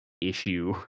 issue